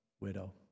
widow